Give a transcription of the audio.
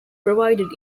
provided